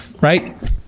right